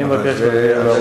אני מבקש, אתה לא יכול.